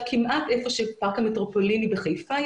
כמעט היכן שיושב פארק המטרופולין בחיפה,